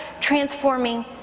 transforming